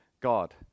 God